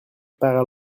par